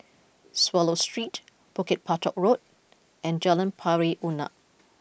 Swallow Street Bukit Batok Road and Jalan Pari Unak